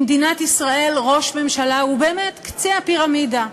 במדינת ישראל ראש ממשלה הוא באמת קצה הפירמידה.